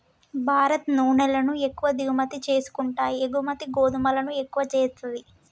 భారత్ నూనెలను ఎక్కువ దిగుమతి చేసుకుంటాయి ఎగుమతి గోధుమలను ఎక్కువ చేస్తది